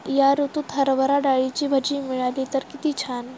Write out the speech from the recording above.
या ऋतूत हरभरा डाळीची भजी मिळाली तर कित्ती छान